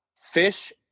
fish